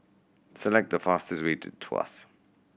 select the fastest way to Tuas